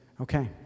Okay